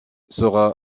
sera